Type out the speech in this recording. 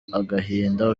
agahinda